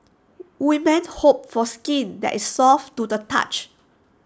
women hope for skin that is soft to the touch